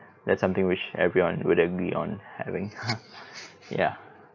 that's something which everyone would agree on having ya